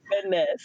goodness